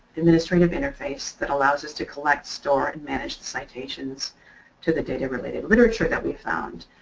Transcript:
administrative interface that allows us to collect, store, and manage the citations to the data related literature that we found.